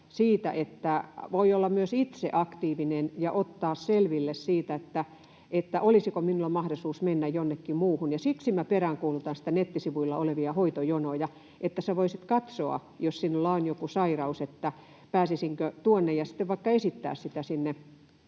voi olla myös itse aktiivinen ja ottaa selvää siitä, olisiko mahdollista mennä jonnekin muuhun. Ja siksi minä peräänkuulutan niitä nettisivuilla olevia hoitojonoja, että sinä voisit katsoa, jos sinulla on joku sairaus, että pääsisinkö tuonne, ja sitten vaikka esittää sinne,